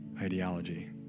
ideology